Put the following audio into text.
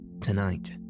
Tonight